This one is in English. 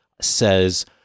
says